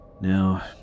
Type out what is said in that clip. Now